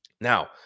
Now